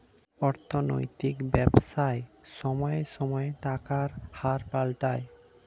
অর্থনৈতিক ব্যবসায় সময়ে সময়ে টাকার হার পাল্টায়